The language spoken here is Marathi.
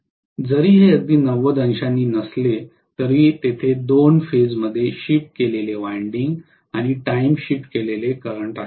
जरी हे अगदी 90 अंशांवर नसले तरीही तेथे २ फेज मध्ये शिफ्ट केलेले वायंडिंग आणि टाइम शिफ्ट केलेले करंट आहेत